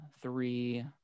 three